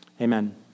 Amen